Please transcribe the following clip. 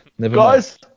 Guys